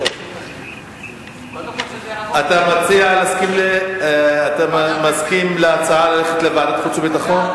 אתה מסכים להצעה ללכת לוועדת החוץ והביטחון?